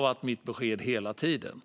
varit mitt besked hela tiden.